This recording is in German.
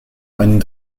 einen